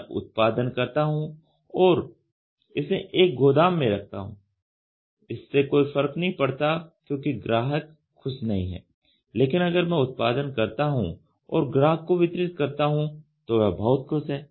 मैं उत्पादन करता हूं और इसे एक गोदाम में रखता हूं इससे कोई फर्क नहीं पड़ता क्योंकि ग्राहक खुश नहीं है लेकिन अगर मैं उत्पादन करता हूं और ग्राहक को वितरित करता हूं तो वह बहुत खुश है